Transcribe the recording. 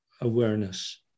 awareness